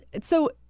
so-